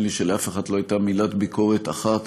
ונדמה לי שלאף אחד לא הייתה מילת ביקורת אחת